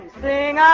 sing